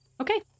Okay